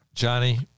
Johnny